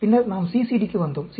பின்னர் நாம் CCD க்கு வந்தோம்